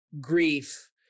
grief